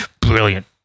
Brilliant